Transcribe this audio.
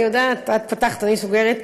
את פתחת, אני סוגרת.